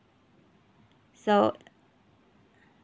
so